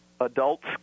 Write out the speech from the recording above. adults